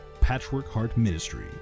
patchworkheartministry